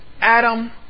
Adam